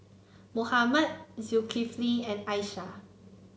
Muhammad Zulkifli and Aisyah